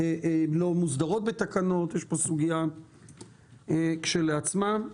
יש פה סוגיה כשלעצמה.